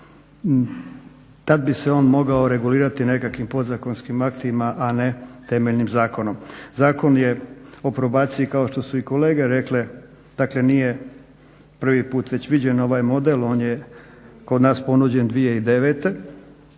tada bi se on mogao regulirati nekakvim podzakonskim aktima a ne temeljim zakonom. Zakon je o probaciji kao što su i kolege rekle nije prvi put već viđen ovaj model. On je kod nas ponuđen 2009.ali